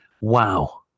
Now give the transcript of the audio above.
Wow